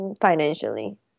financially